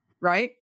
Right